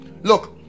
Look